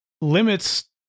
limits